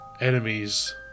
Enemies